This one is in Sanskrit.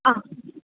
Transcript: आ